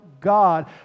God